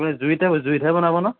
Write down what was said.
জুইতে জুইতহে বনাব ন